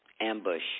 ambush